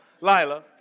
Lila